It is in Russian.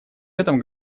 этом